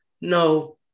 No